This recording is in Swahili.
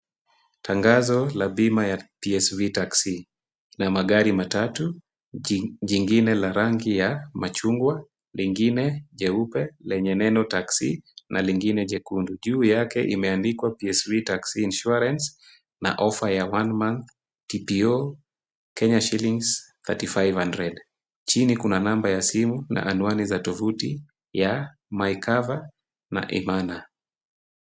Tangazo la bima ya PSV Taxi. Na magari matatu jingine la rangi ya machungwa lingine jeupe lenye neno TAXI na lingine jekundu juu yake imeandikwa TSV TAXI INSURANCEna ofa ya 1 month TPO Kenya Shillings thirty five hundred . Chini kuna namba ya simu na anwani za tovuti ya MyCover na Imana.